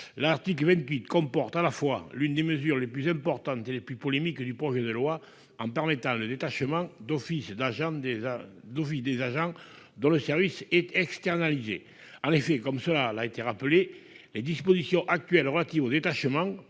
L'article 28 comporte l'une des mesures les plus importantes et les plus polémiques du projet de loi. Il permet le détachement d'office des agents dont le service est externalisé. En effet, comme cela a été rappelé, les dispositions actuelles relatives au détachement